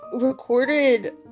recorded